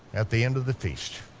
at the end of the feast,